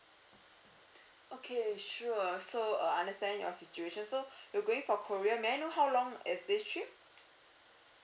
okay sure so uh understand your situation so you're going for korea may I know how long is this trip